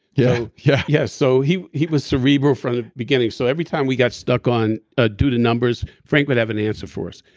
yeah yeah yeah so he he was cerebral from the beginning, so every time we got stuck on. ah do the numbers, frank would have an answer for us.